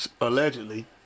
allegedly